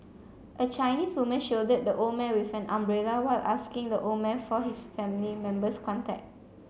a Chinese woman shielded the old man with an umbrella while asking the old man for his family member's contact